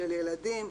של ילדים,